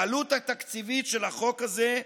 העלות התקציבית של החוק הזה,